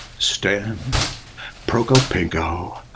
stan prokopenko,